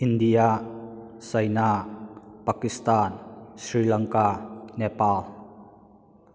India China Pakistan Sri Lanka Nepal